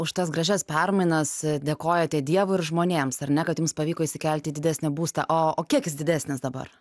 už tas gražias permainas dėkojate dievui ir žmonėms ar ne kad jums pavyko įsikelti į didesnį būstą o o kiekis didesnis dabar